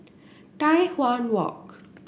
Tai Hwan Walk